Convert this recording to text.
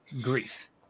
grief